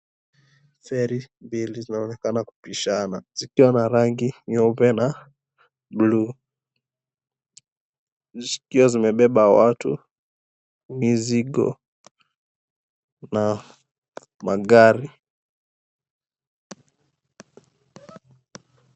Feri mbili zinaonekana kupishana zikiwa na rangi nyeupe na buluu, zikiwa zimebeba watu, mizigo na magari.